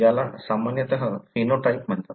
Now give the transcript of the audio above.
याला सामान्यतः फेनोटाइप म्हणतात